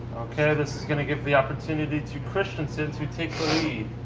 kind of this is going to give the opportunity to kristensen to take the lead.